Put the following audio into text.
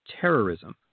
terrorism